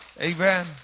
Amen